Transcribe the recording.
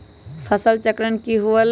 फसल चक्रण की हुआ लाई?